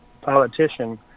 politician